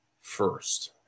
first